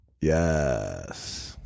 Yes